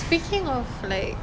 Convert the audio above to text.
speaking of like